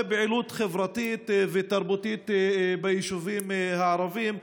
פעילות חברתית ותרבותית ביישובים הערביים.